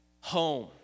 home